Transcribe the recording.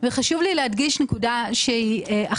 וחשוב לי להדגיש נקודה אחת.